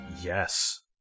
Yes